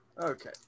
Okay